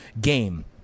game